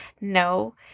no